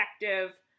effective